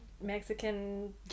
Mexican